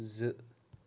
زٕ